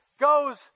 goes